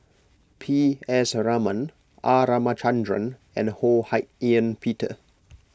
P S Raman R Ramachandran and Ho Hak Ean Peter